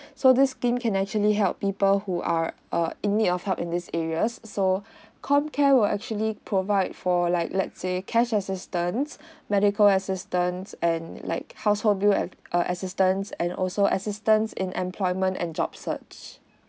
so this scheme can actually help people who are err in need of help in these areas so com care will actually provide for like let say cash assistance medical assistance and like household bill as err assistance and also assistance in employment and job search